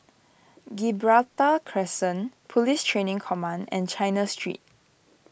Gibraltar Crescent Police Training Command and China Street